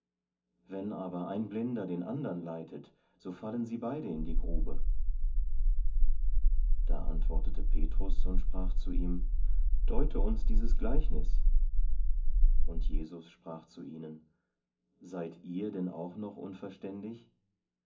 wenn aber ein blinder den andern leitet so fallen sie beide in die grube da antwortete petrus und sprach zu ihm deute uns dieses gleichnis und jesus sprach zu ihnen seid ihr denn auch noch unverständig